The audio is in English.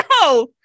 no